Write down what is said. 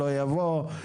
לא יבוא,